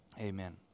Amen